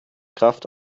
kraft